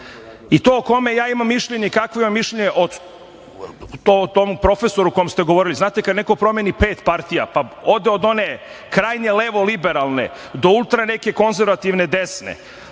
o kome ja imam mišljenje i kakvo imam mišljenje o tom profesoru o kome ste govorili, znate, kada neko promeni pet partija, pa ode od one krajnje levo liberalne do ultra neke konzervativne desne,